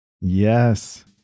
Yes